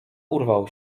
urwał